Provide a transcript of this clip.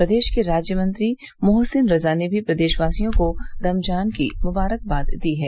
प्रदेश के राज्य मंत्री मोहसिन रजा ने भी प्रदेशवासियों को रमजान की मुबारकबाद दी है